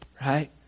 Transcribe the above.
right